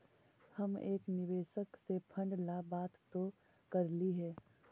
हम एक निवेशक से फंड ला बात तो करली हे